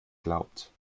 glaubt